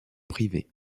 privés